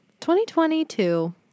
2022